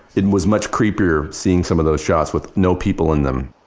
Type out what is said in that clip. it was much creepier seeing some of those shots with no people in them.